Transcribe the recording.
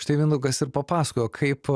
štai mindaugas ir papasakojo kaip